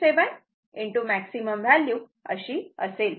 637 maximum value अशी असेल